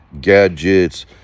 gadgets